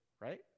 right